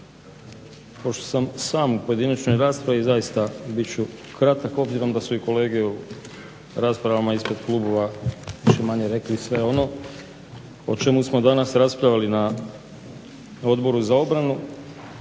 Pošto sam sam u pojedinačnoj raspravi zaista bit ću kratak obzirom da su i kolege u raspravama ispred klubova više-manje rekli sve ono o čemu smo danas raspravljali na Odboru za obranu.